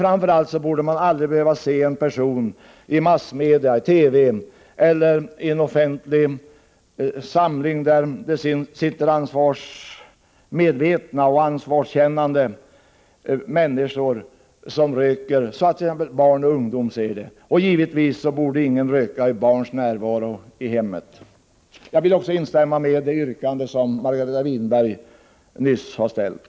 Framför allt borde man aldrig behöva se en person i massmedia, TV eller i en offentlig samling av ansvarsmedvetna och ansvarskännande människor som röker så att barn och ungdomar ser det. Givetvis borde inte någon röka i barns närvaro i hemmet. Jag vill även instämma i det yrkande som Margareta Winberg nyss har ställt.